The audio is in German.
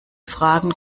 fragen